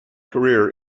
career